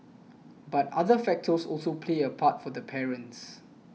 but other factors also played a part for the parents